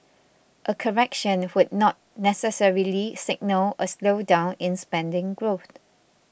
a correction would not necessarily signal a slowdown in spending growth